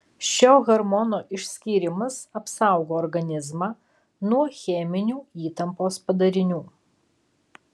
šio hormono išskyrimas apsaugo organizmą nuo cheminių įtampos padarinių